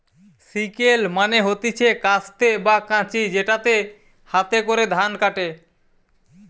sickle মানে হতিছে কাস্তে বা কাঁচি যেটাতে হাতে করে ধান কাটে